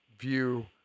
view